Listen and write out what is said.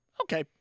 Okay